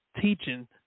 teaching